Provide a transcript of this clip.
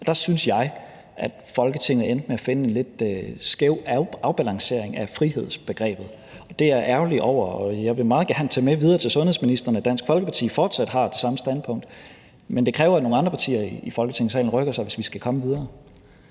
Der synes jeg, at Folketinget endte med at finde en lidt skæv afbalancering af frihedsbegrebet. Det er jeg ærgerlig over, og jeg vil meget gerne tage det med videre til sundhedsministeren, at Dansk Folkeparti fortsat har det samme standpunkt, men det kræver, at nogle andre partier i Folketingssalen rykker sig, hvis vi skal komme videre.